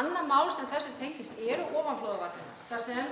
Annað mál sem þessu tengist eru ofanflóðavarnir.